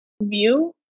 view